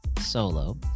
solo